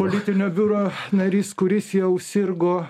politinio biuro narys kuris jau sirgo